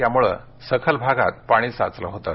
यामुळे सखल भागात पाणी साचलं होतं